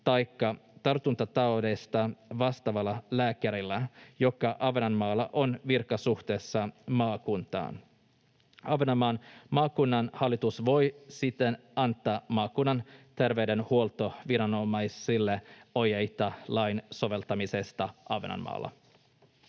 taikka tartuntataudeista vastaavalla lääkärillä, joka Ahvenanmaalla on virkasuhteessa maakuntaan. Ahvenanmaan maakunnan hallitus voi siten antaa maakunnan terveydenhuoltoviranomaisille ohjeita lain soveltamisesta Ahvenanmaalla.